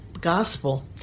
gospel